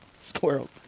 Squirrel